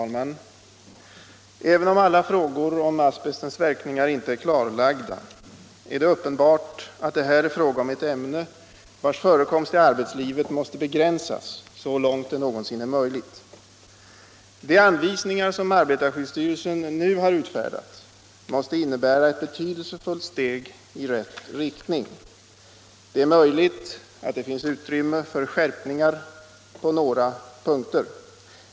Herr talman! Även om alla frågor om asbestens verkningar inte är klarlagda, är det uppenbart att det här är fråga om ett ämne vars förekomst i arbetslivet måste begränsas så långt det någonsin är möjligt. De anvisningar som arbetarskyddsstyrelsen nu utfärdat måste innebära ett betydelsefullt steg i rätt riktning. Det är möjligt att det finns utrymme 61 för skärpningar på några punkter.